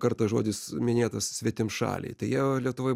kartą žodis minėtas svetimšaliai tai jie jau lietuvoj